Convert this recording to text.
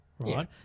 Right